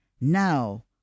Now